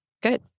Good